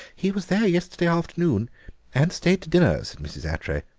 he was there yesterday afternoon and stayed to dinner, said mrs. attray.